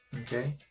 okay